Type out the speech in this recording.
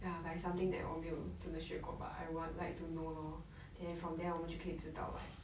ya but it's something that 我没有真的学过 but I would like to know lor then from there 我们就可以知道 like